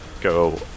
Go